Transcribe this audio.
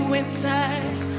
inside